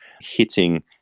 hitting